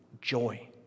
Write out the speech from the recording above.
joy